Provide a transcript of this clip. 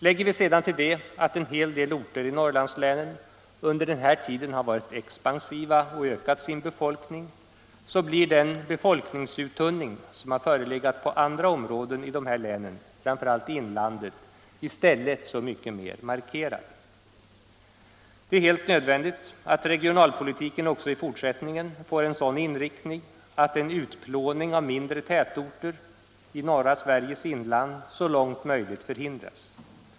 Lägger vi sedan till det att en hel del orter i Norrlandslänen under den här tiden varit expansiva och ökat sin befolkning, så blir den befolkningsuttunning som skett på andra områden i dessa län, framför allt i inlandet, i stället så mycket mer markerad. Det är helt nödvändigt att regionalpolitiken också i fortsättningen får en sådan inriktning att en utplåning av mindre tätorter i norra Sveriges inland så långt möjligt förhindras.